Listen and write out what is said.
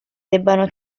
debbano